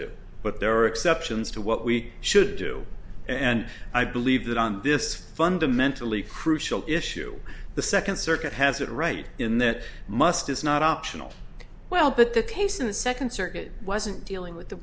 do but there are exceptions to what we should do and i believe that on this fundamentally crucial issue the second circuit has it right in that must is not optional well but the case in the second circuit wasn't dealing with the